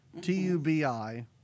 T-U-B-I